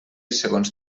segons